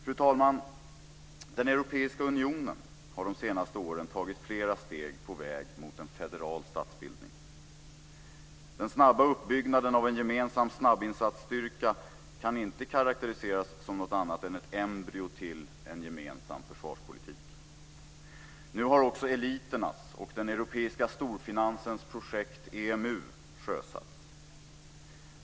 Fru talman! Den europeiska unionen har under de senaste åren tagit flera steg på väg mot en federal statsbildning. Den snabba uppbyggnaden av en gemensam snabbinsatsstyrka kan inte karakteriseras som något annat än ett embryo till en gemensam försvarspolitik. Nu har också eliternas och den europeiska storfinansens projekt EMU sjösatts.